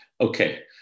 Okay